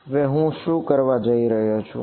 હવે હું શું કરવા જઈ રહ્યો છું